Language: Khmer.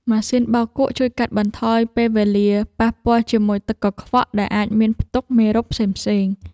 ម៉ាស៊ីនបោកគក់ជួយកាត់បន្ថយពេលវេលាប៉ះពាល់ជាមួយទឹកកខ្វក់ដែលអាចមានផ្ទុកមេរោគផ្សេងៗ។